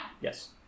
Yes